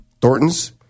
Thornton's